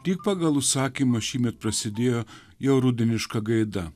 lyg pagal užsakymą šįmet prasidėjo jo rudeniška gaida